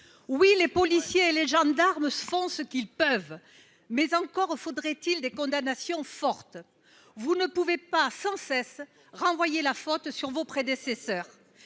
Oui, les policiers et les gendarmes font ce qu'ils peuvent, mais encore faudrait-il des condamnations fortes. Ah ... Vous ne pouvez pas sans cesse renvoyer la faute sur vos prédécesseurs.